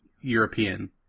European